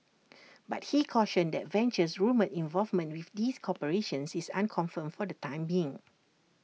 but he cautioned that Venture's rumoured involvement with these corporations is unconfirmed for the time being